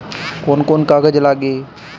कौन कौन कागज लागी?